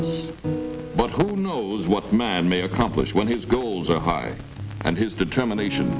us but knows what man may accomplish when his goals are high and his determination